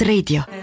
Radio